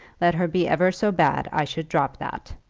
let her be ever so bad, i should drop that.